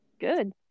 good